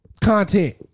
content